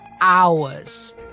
hours